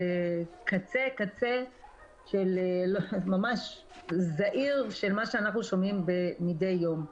זה קצה קצהו ממש זעיר של מה שאנחנו שומעים מדי יום.